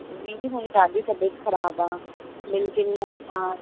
दीदी मुंजी ॾाढी तबियत ख़राबु आहे ॿिनि टिनि ॾींहंनि खां